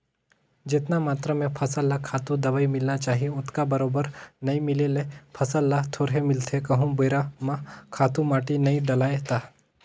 जेतना मातरा में फसल ल खातू, दवई मिलना चाही ओतका बरोबर नइ मिले ले फसल ल थोरहें मिलथे कहूं बेरा म खातू माटी नइ डलय ता